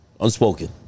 unspoken